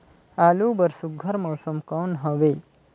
आलू बर सुघ्घर मौसम कौन हवे?